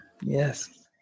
Yes